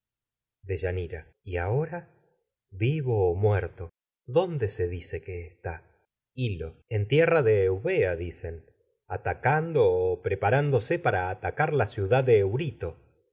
deyanira y ahora vivo o muerto dónde se dice que está tierra hil lo en de eubea dicen atacando o pre parándose para atacar la ciudad de eurito